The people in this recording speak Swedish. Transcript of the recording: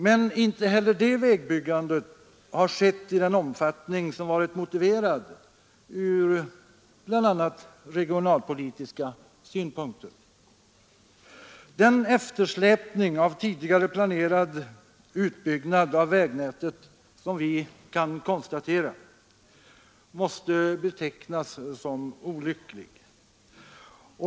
Men inte heller det vägbyggandet har skett i den omfattning som varit motiverad ur bl.a. regionalpolitiska synpunkter. Den eftersläpning av tidigare planerad utbyggnad av vägnätet som vi kan konstatera måste betcknas som olycklig.